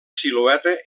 silueta